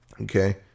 Okay